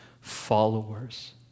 followers